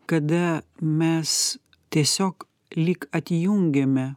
kada mes tiesiog lyg atjungiame